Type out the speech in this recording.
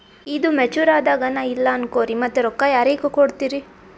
ಈದು ಮೆಚುರ್ ಅದಾಗ ನಾ ಇಲ್ಲ ಅನಕೊರಿ ಮತ್ತ ರೊಕ್ಕ ಯಾರಿಗ ಕೊಡತಿರಿ?